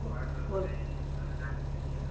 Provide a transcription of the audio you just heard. બો બોલો